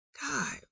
God